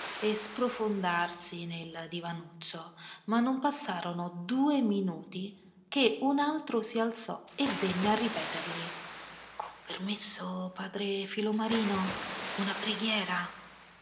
a sprofondarsi nel divanuccio ma non passarono due minuti che un altro si alzò e venne a ripetergli con permesso padre filomarino una preghiera